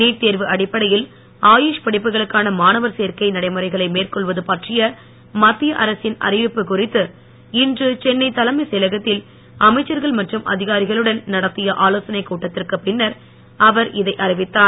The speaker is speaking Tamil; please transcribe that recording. நீட் தேர்வு அடிப்படையில் ஆயுஷ் படிப்புகளுக்கான மாணவர் சேர்க்கை நடைமுறைகளை மேற்கொள்வது பற்றிய மத்திய அரசின் அறிவிப்புக் குறித்து இன்று சென்னை தலைமைச் செயலகத்தில் அமைச்சர்கள் மற்றும் அதிகாரிகளுடன் நடத்திய ஆலோசனைக் கூட்டத்திற்கு பின்னர் அவர் இதை அறிவித்தார்